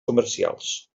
comercials